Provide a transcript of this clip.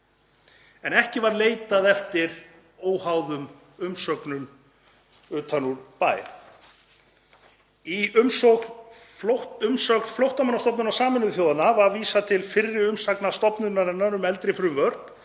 en ekki var leitað eftir óháðum umsögnum utan úr bæ. Í umsögn Flóttamannastofnunar Sameinuðu þjóðanna var vísað til fyrri umsagnar stofnunarinnar um eldri frumvörp,